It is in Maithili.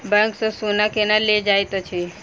बैंक सँ सोना केना लेल जाइत अछि